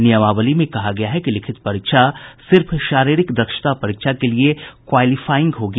नियमावली में कहा गया है कि लिखित परीक्षा सिर्फ शारीरिक दक्षता परीक्षा के लिये क्वालिफाइंग होगी